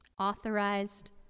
authorized